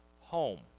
home